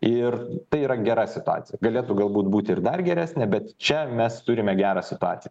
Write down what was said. ir tai yra gera situacija galėtų galbūt būti ir dar geresnė bet čia mes turime gerą situaciją